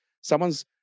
someone's